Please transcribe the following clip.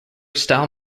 style